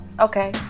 Okay